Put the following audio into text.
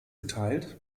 geteilt